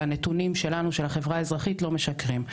והנתונים שלנו, של החברה האזרחית, לא משקרים.